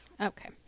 Okay